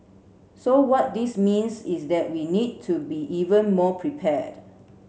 so what this means is that we need to be even more prepared